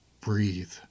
Breathe